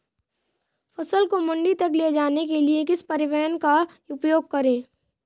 फसल को मंडी तक ले जाने के लिए किस परिवहन का उपयोग करें?